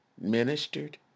ministered